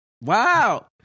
Wow